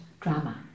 drama